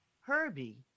Herbie